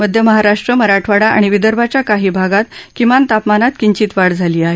मध्य महाराष्ट्र मराठवाडा आणि विदर्भाच्या काही भागात किमान तापमानात किंचीत वाढ झाली आहे